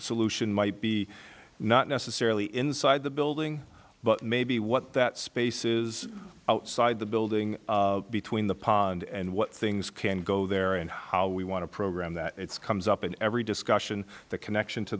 solution might be not necessarily inside the building but maybe what that space is outside the building between the pond and what things can go there and how we want to program that it's comes up in every discussion the connection to